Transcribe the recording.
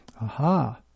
Aha